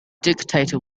dictator